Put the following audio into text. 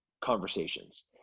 conversations